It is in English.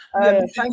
Thank